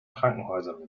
krankenhäuser